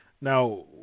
Now